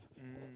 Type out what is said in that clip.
mm